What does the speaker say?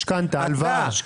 משכנתה, הלוואה.